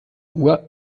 uhr